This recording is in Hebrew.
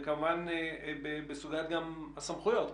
וכמובן גם בסוגית הסמכויות.